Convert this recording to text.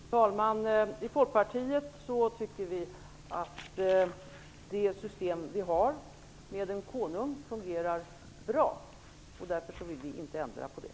Fru talman! I Folkpartiet anser vi att det system som vi har i Sverige med en konung fungerar bra. Därför vill vi inte ändra på det.